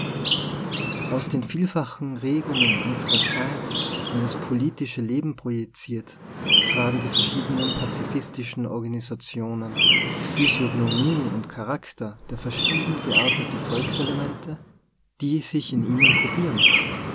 aus den vielfachen regungen unserer zeit in das politische leben projiziert tragen die verschiedenen pazi fistischen organisationen physiognomie und chas rakter der verschieden gearteten volkselemente die sich in ihnen